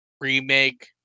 remake